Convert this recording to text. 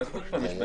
ואז עוד פעם יש.